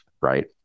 right